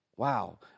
Wow